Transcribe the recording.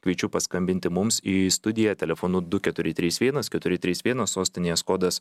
kviečiu paskambinti mums į studiją telefonu du keturi trys vienas keturi trys vienas sostinės kodas